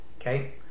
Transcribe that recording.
Okay